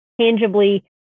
tangibly